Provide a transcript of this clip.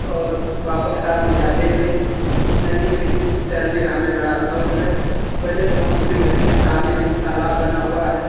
और पापा के साथ में जाते थे नदी में तैरने का हमें बड़ा शौक है पहले तो हम अपने घर के सामने तालाब बना हुआ है